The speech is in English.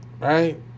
right